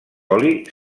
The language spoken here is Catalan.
oli